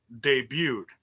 debuted